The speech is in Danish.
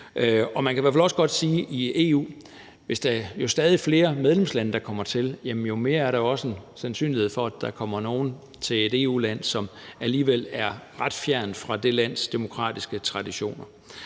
Man kan i hvert fald også godt sige i forhold til EU, at jo flere medlemslande, der kommer til, jo mere er der også en sandsynlighed for, at der kommer nogen til et EU-land, som alligevel er ret fjernt fra det lands demokratiske traditioner.